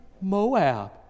Moab